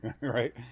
right